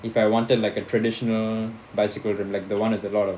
if I wanted like a traditional bicycle with like the one with a lot of